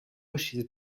rushes